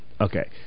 Okay